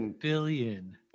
billion